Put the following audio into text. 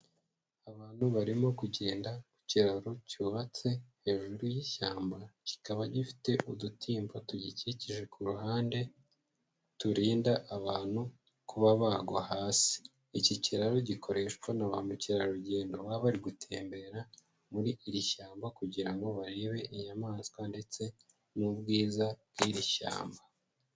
Abantu barimo kugenda ku kiraro cyubatse hejuru y'ishyamba, kikaba gifite udutimba tugikikije ku ruhande turinda abantu kuba bagwa hasi, iki kiraro gikoreshwa na ba mukerarugendo baba bari gutembera muri iri shyamba kugira ngo barebe inyamaswa ndetse n'ubwiza bw'iri shyamba.